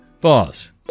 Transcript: Boss